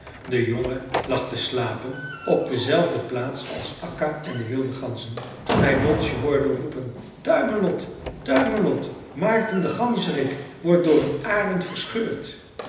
de jongen lag te slapen op dezelfde plaats als akka en de wilde ganzen toen hij donsje hoorde roepen duimelot duimelot maarten de ganzerik wordt door een arend verscheurd